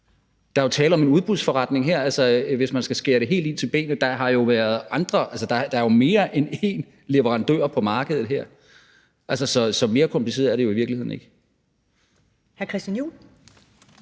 Der er jo her tale om en udbudsforretning, hvis man skal skære det helt ind til benet. Altså, der er jo mere end én leverandør på markedet her. Så mere kompliceret er det jo i virkeligheden ikke.